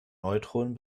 neutronen